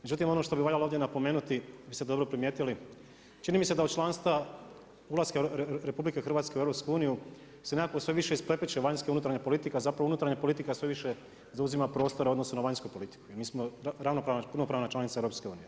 Međutim ono što bi valjalo ovdje napomenuti, vi ste dobro primijetili, čini mi se da od ulaska RH u EU se nekako sve više isprepleće vanjska i unutarnja politika, zapravo unutarnja politika sve više zauzima prostora u odnosu na vanjsku politiku i mi smo punopravna članica EU.